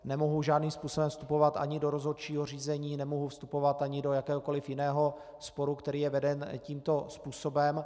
Nemohu žádným způsobem vstupovat ani do rozhodčího řízení, nemohu vstupovat ani do jakéhokoliv jiného sporu, který je veden tímto způsobem.